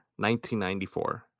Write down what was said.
1994